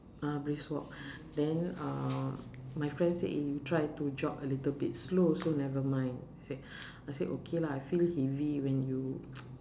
uh brisk walk then uh my friend said eh you try to jog a little bit slow also nevermind I said I said okay lah I feel heavy when you